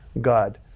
God